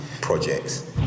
projects